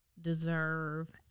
deserve